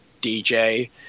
DJ